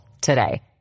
today